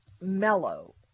mellow